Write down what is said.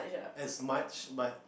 as much but